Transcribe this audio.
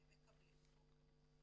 הם מקבלים.